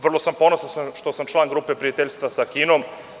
Vrlo sam ponosan što sam član Grupe prijateljstva sa Kinom.